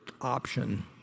option